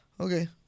okay